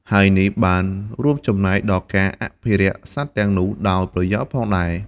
ហើយនេះបានរួមចំណែកដល់ការអភិរក្សសត្វទាំងនោះដោយប្រយោលផងដែរ។